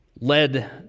led